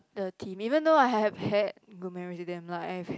the team even though I have had good memories with them lah I've